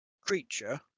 creature